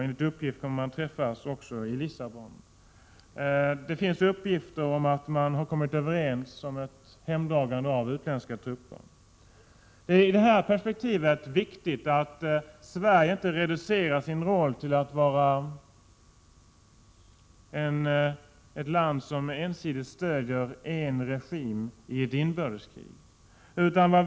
Enligt uppgift kommer de att träffas också i Lissabon. Det finns uppgifter om att de har kommit överens om ett hemdragande av utländska trupper. Det är i detta perspektiv viktigt att Sverige inte reducerar sin roll till att ensidigt stödja en regim i ett inbördeskrig.